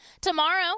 Tomorrow